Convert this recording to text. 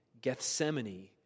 Gethsemane